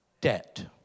debt